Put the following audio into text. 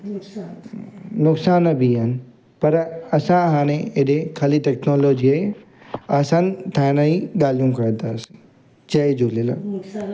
नुक़सान बि आहिनि पर असां हाणे हेॾे ख़ाली टेक्नोलॉजीअ खे आसानु ठाहिण जी ॻाल्हियूं करंदासीं जय झूलेलाल